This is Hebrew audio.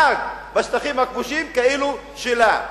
נוהגת בשטחים הכבושים כאילו הם שלה.